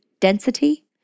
density